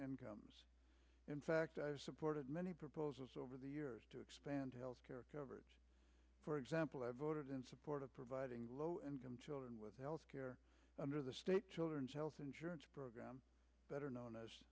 income in fact i've supported many proposals over the years to expand health care coverage for example i voted in support of providing low income children with health care under the state children's health insurance program better known a